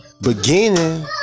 beginning